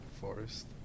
forest